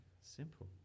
simple